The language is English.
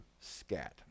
scat